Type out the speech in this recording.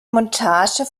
montage